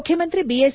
ಮುಖ್ಯಮಂತ್ರಿ ಬಿಎಸ್